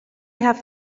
have